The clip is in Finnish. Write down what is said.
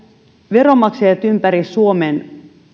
veronmaksajat ympäri suomen